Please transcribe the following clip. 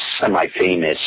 semi-famous